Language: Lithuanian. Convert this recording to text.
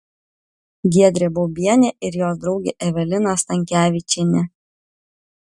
giedrė baubienė ir jos draugė evelina stankevičienė